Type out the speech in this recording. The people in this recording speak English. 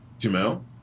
Jamel